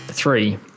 three